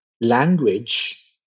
language